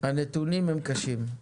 הנתונים הם קשים,